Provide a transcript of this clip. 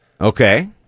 Okay